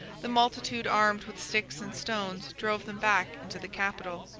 the multitude, armed with sticks and stones, drove them back into the capitol.